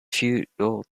feudal